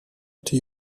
into